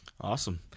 Awesome